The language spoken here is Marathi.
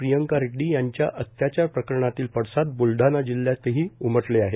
प्रियंका रेड्डी यांच्या अत्याचार प्रकरणातील पडसाद ब्लढाणा जिल्ह्यातही उमटले आहेत